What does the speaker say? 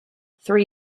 three